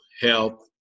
health